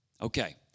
Okay